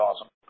awesome